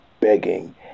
begging